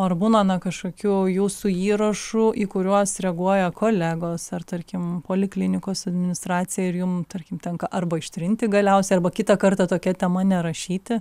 ar būna na kažkokių jūsų įrašų į kuriuos reaguoja kolegos ar tarkim poliklinikos administracija ir jum tarkim tenka arba ištrinti galiausiai arba kitą kartą tokia tema nerašyti